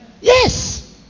Yes